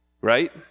right